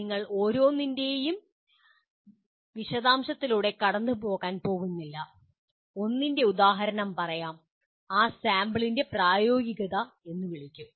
ഞങ്ങൾ ഓരോന്നിൻ്റെയും വിശദാംശങ്ങളിലൂടെ കടന്നുപോകാൻ പോകുന്നില്ല ഒന്നിൻ്റെ ഉദാഹരണം പറയാംആ സാമ്പിളിനെ "പ്രായോഗികത" എന്ന് വിളിക്കും